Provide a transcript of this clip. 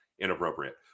inappropriate